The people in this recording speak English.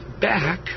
back